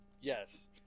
Yes